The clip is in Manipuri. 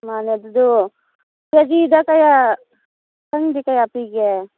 ꯃꯥꯟꯅꯦ ꯑꯗꯨꯗꯣ ꯀꯦ ꯖꯤꯗ ꯀꯌꯥ ꯅꯪꯗꯤ ꯀꯌꯥ ꯄꯤꯒꯦ